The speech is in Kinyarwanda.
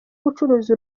gucuruza